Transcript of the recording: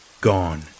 Gone